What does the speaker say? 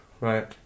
right